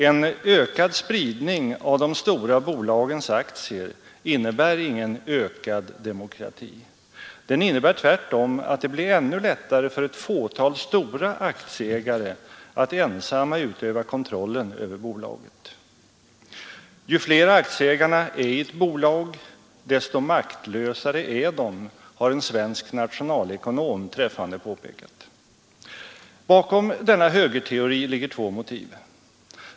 En ökad spridning av de stora bolagens aktier innebär ingen ökad demokrati. Det innebär tvärtom att det blir ännu lättare för ett fåtal stora aktieägare att ensamma utöva kontrollen över bolagen. Ju fler aktieägarna är i ett bolag, desto maktlösare är de, har en svensk nationalekonom träffande påpekat. Bakom denna högerteori ligger två motiv.